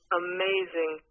amazing